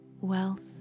Wealth